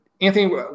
Anthony